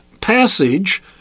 passage